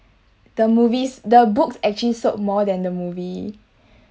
the movies the books actually sold more than the movie